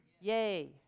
Yay